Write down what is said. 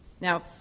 Now